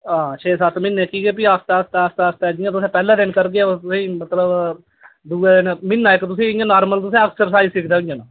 हां छेह् सत्त म्हीने कि के भी आस्तै आस्तै आस्तै आस्तै जि'यां तु'सें पहले दिन करगे ओ तु'सें गी मतलब दुए दिन म्हीना इक तु'सें गी इ'यां नार्मल तु'सें एक्सरसाइज सिक्खदे होई जाना